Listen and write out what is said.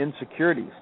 insecurities